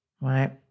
right